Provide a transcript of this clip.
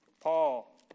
Paul